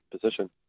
position